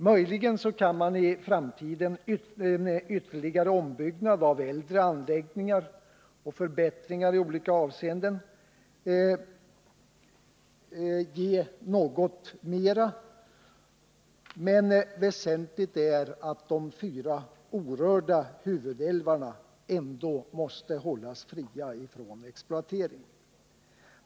Möjligen kan man i framtiden med ytterligare ombyggnad av äldre anläggningar och förbättringar i olika avseenden åstadkomma något mer, men väsentligt är att de fyra orörda huvudälvarna hålls fria från exploatering.